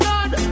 God